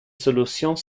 solutions